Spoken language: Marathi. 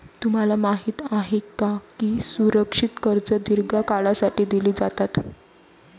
तुम्हाला माहित आहे का की सुरक्षित कर्जे दीर्घ काळासाठी दिली जातात?